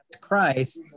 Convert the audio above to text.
Christ